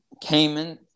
Cayman